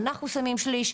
אנחנו שמים שליש,